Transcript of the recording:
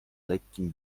lekkim